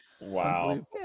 Wow